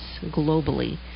globally